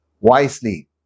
wisely